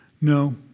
No